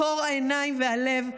טהור העיניים והלב,